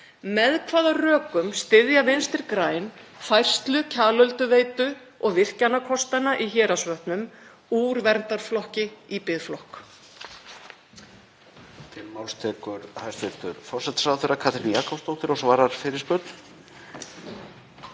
Með hvaða rökum styðja Vinstri græn færslu Kjalölduveitu og virkjunarkostanna í Héraðsvötnum úr verndarflokki í biðflokk?